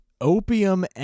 Opium